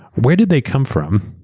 where did they come from?